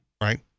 right